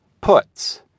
Puts